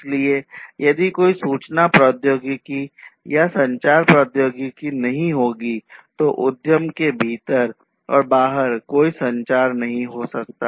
इसलिए यदि कोई सूचना प्रौद्योगिकी या संचार प्रौद्योगिकी नहीं होगी तो उद्यम के भीतर और बाहर कोई संचार नहीं हो सकता